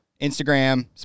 Instagram